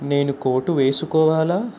నేను కోటు వేసుకోవాలా